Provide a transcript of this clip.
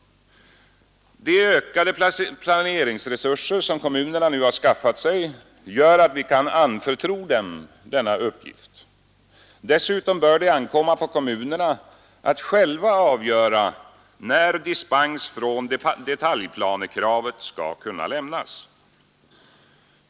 De ökade planeringsresurser som kommunerna nu har skaffat sig gör att vi kan anförtro dem denna uppgift. Dessutom bör det ankomma på kommunerna att själva avgöra när dispens från detaljplanekravet skall kunna lämnas.